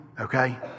Okay